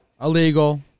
Illegal